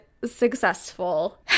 successful